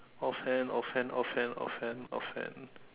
offhand offhand offhand offhand offhand